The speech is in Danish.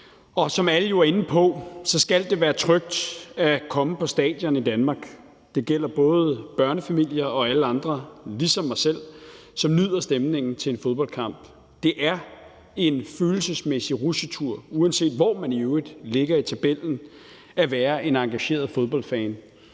jo har været inde på, skal det være trygt at komme på stadion i Danmark. Det gælder både børnefamilier og alle andre, der, ligesom mig selv, nyder stemningen til en fodboldkamp. Det er en følelsesmæssig rutsjetur, uanset hvor man i øvrigt ligger i tabellen, at være en engageret fodboldfan.